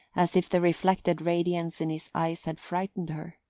as if the reflected radiance in his eyes had frightened her.